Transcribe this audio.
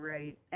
Right